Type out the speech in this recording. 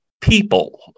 people